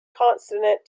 consonant